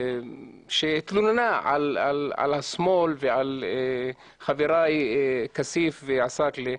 שהתלוננה על השמאל ועל חבריי כסיף ועסאקלה .